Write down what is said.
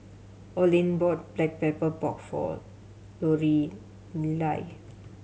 Olin bought Black Pepper Pork for Lorelei